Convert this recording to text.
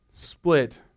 split